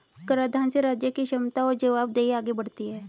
कराधान से राज्य की क्षमता और जवाबदेही आगे बढ़ती है